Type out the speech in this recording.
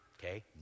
okay